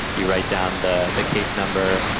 you write down the the case number.